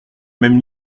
même